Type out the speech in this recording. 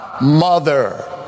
mother